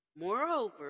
Moreover